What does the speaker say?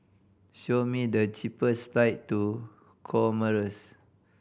show me the cheapest flight to Comoros